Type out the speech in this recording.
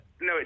No